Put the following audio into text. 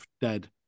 dead